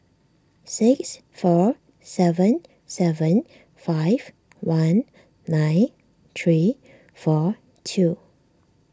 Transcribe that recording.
six four seven seven five one nine three four two